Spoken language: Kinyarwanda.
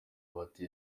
bati